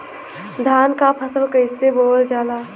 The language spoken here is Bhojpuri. धान क फसल कईसे बोवल जाला?